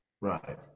Right